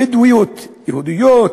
בדואיות, יהודיות,